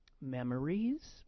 memories